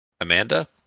Amanda